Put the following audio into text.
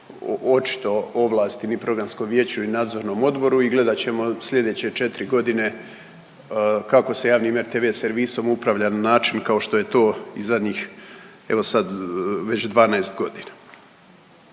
očito ovlasti ni programskom vijeću ni nadzornom odboru i gledat ćemo sljedeće 4 godine kako se javnim RTV servisom upravlja na način kao što je to i zadnjih, evo sad već 12 godina.